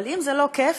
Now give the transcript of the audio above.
אבל אם זה לא כיף,